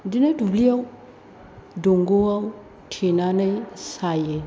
बिदिनो दुब्लियाव दंग'आव थेनानै सायो